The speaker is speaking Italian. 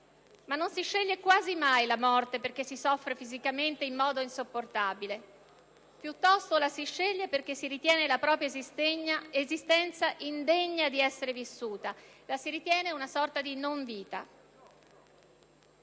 non si sceglie quasi mai la morte perché si soffre fisicamente in modo insopportabile. Piuttosto la si sceglie perché si ritiene la propria esistenza indegna di essere vissuta, la si ritiene una sorta di non vita.